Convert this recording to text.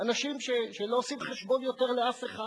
אנשים שלא עושים חשבון יותר לאף אחד,